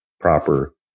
proper